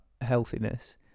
healthiness